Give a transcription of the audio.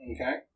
Okay